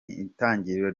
itangiriro